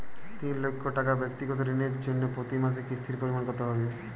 তিন লক্ষ টাকা ব্যাক্তিগত ঋণের জন্য প্রতি মাসে কিস্তির পরিমাণ কত হবে?